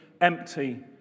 empty